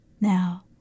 Now